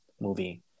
movie